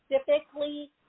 specifically